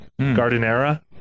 Gardenera